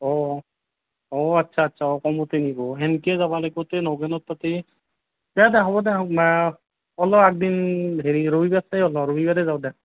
অঁ অঁ অঁ আচ্ছা আচ্ছা অঁ কমতে নিব হেনকে যাব লাগিব তে নগেনৰ তাতে দে দে হ'ব দে হ'লেও একদিন হেৰি ৰবিবাৰে চাই ওলাওঁ ৰবিবাৰে যাওঁ দে